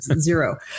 zero